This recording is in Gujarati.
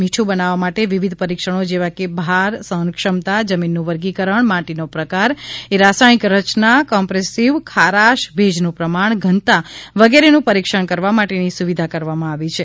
મીઠું બનાવવા માટે વિવિધ પરીક્ષણો જેવા કે ભાર સહનક્ષમતા જમીનનુ વર્ગીકરણ માટીનો પ્રકાર એ રાસાયણિક રચના કોમ્પ્રેસિવ સ્ટ્રેથ ખારાશ ભેજનુ પ્રમાણ ઘનતા વગેરેનુ પરિક્ષણ કરવા માટેની સુવિધા કરવામાં આવી છે